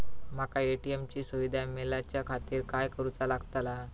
माका ए.टी.एम ची सुविधा मेलाच्याखातिर काय करूचा लागतला?